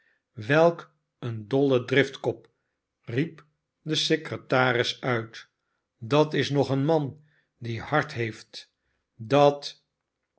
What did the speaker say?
welk een dolle driftkop riep de secretaris uit dat is nog een man die hart heeft dat